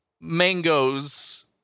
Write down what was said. mangoes